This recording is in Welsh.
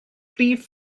rhif